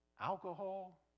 Alcohol